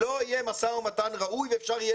שלא יהיה משא ומתן ראוי ואפשר יהיה